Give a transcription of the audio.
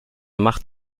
macht